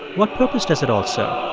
what purpose does it all so